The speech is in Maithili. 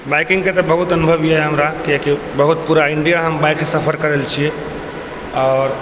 बाइकिङ्गके तऽ बहुत अनुभव यऽ हमरा कियाकि बहुत पुरा इण्डिया हम बाइकसँ सफर करै छी आओर